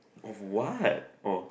of what orh